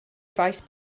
faes